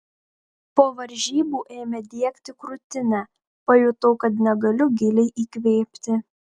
po varžybų ėmė diegti krūtinę pajutau kad negaliu giliai įkvėpti